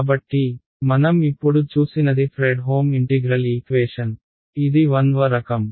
కాబట్టి మనం ఇప్పుడు చూసినది ఫ్రెడ్హోమ్ ఇంటిగ్రల్ ఈక్వేషన్ ఇది 1 వ రకం